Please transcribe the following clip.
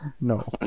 No